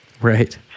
Right